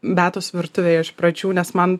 beatos virtuvėj iš pradžių nes man